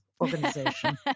organization